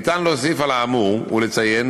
ניתן להוסיף על האמור ולציין